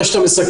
אחרי שאתה מסכם,